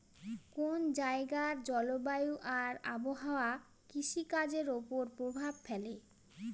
কোন জায়গার জলবায়ু আর আবহাওয়া কৃষিকাজের উপর প্রভাব ফেলে